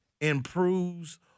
improves